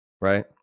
Right